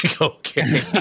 Okay